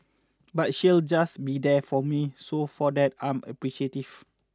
but she'll just be there for me so for that I'm appreciative